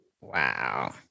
Wow